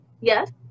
Yes